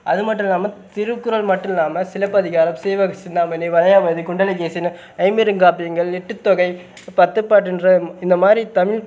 அது மட்டும் இல்லாமல் திருக்குறள் மட்டும் இல்லாமல் சிலப்பதிகாரம் சீவகசிந்தாமணி வளையாபதி குண்டலகேசின்னு ஐம்பெருங்காப்பியங்கள் எட்டுத்தொகை பத்துப்பாட்டுன்ற இந்தமாதிரி தமிழ்